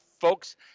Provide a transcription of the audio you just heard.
folks